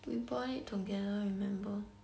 we bought it together remember